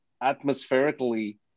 atmospherically